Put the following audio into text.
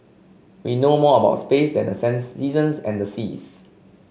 we know more about space than the sense seasons and seas